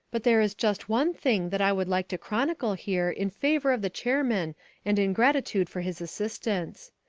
but there is just one thing that i would like to chronicle here in favour of the chairman and in gratitude for his assistance.